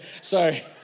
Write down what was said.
sorry